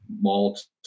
malt